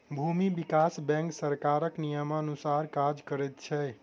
भूमि विकास बैंक सरकारक नियमानुसार काज करैत छै